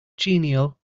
genial